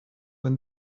when